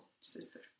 Sister